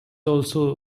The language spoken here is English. also